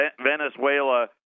Venezuela